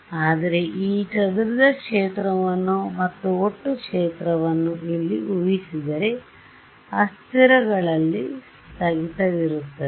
ಆದರೆ ಈ ಚದುರಿದ ಕ್ಷೇತ್ರವನ್ನು ಮತ್ತು ಒಟ್ಟು ಕ್ಷೇತ್ರವನ್ನು ಇಲ್ಲಿ ಊ ಹಿಸಿದರೆ ಅಸ್ಥಿರಗಳಲ್ಲಿ ಸ್ಥಗಿತವಿರುತ್ತದೆ